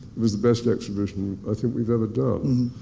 was the best exhibition i think we've ever done.